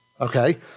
Okay